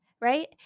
right